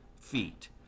feet